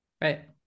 Right